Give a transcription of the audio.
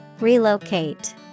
Relocate